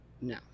No